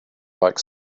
like